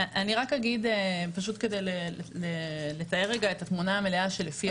אני רק אגיד פשוט כדי לתאר רגע את התמונה המלאה שלפיה